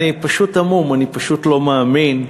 אני פשוט המום, אני פשוט לא מאמין,